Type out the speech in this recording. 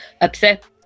upset